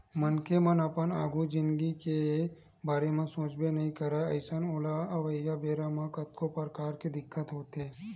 मनखे मन अपन आघु जिनगी के बारे म सोचबे नइ करय अइसन ओला अवइया बेरा म कतको परकार के दिक्कत होथे